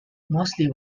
mosley